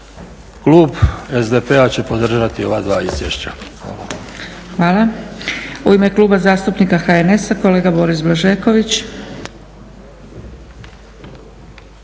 Klub SDP-a će podržati ova dva izvješća. **Zgrebec, Dragica (SDP)** Hvala. U ime Kluba zastupnika HNS-a kolega Boris Blažeković.